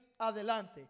adelante